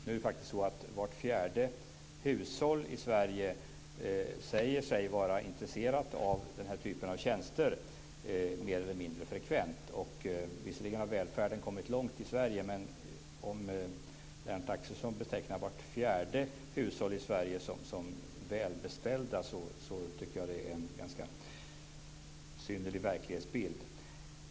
Nu är det så att vart fjärde hushåll i Sverige säger sig vara intresserat av den här typen av tjänster mer eller mindre frekvent. Visserligen har välfärden kommit långt i Sverige, men om Lennart Axelsson betecknar vart fjärde hushåll i Sverige som välbeställt tycker jag att det är en ganska besynnerlig verklighetsbild.